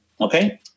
Okay